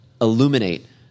illuminate